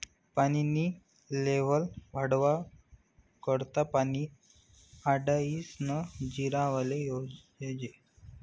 पानी नी लेव्हल वाढावा करता पानी आडायीसन जिरावाले जोयजे